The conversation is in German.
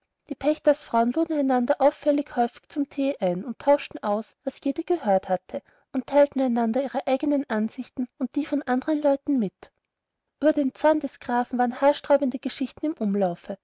die pächtersfrauen luden einander auffällig häufig zum thee ein und tauschten aus was jede gehört hatte und teilten einander ihre eignen ansichten und die von andern leuten mit ueber den zorn des grafen waren haarsträubende geschichten im umlaufe